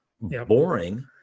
boring